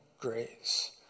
grace